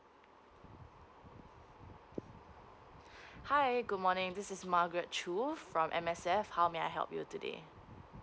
hi good morning this is margaret Chua from M_S_F how may I help you today